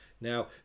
Now